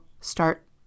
start